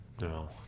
No